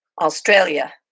Australia